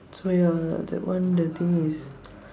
so ya that one the thing is